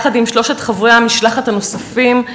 יחד עם שלושת חברי המשלחת הנוספים,